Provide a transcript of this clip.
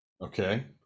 okay